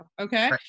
Okay